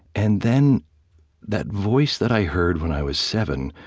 and then that voice that i heard when i was seven